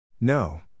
No